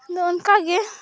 ᱟᱫᱚ ᱚᱱᱠᱟᱜᱮ